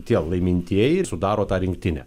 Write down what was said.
tie laimintieji sudaro tą rinktinę